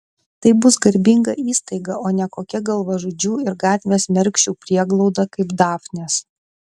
tai bus garbinga įstaiga o ne kokia galvažudžių ir gatvės mergšių prieglauda kaip dafnės